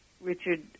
Richard